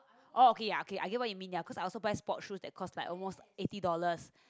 oh okay ya okay I get what you mean ya cause I also buy sport shoe that costs like almost eighty dollars